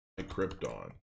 Krypton